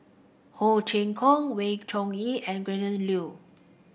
Ho Chee Kong Wee Chong Jin and Gretchen Liu